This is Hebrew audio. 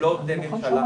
הם אל עובדים ממשלה,